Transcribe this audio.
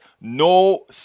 no